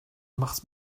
machst